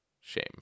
Shame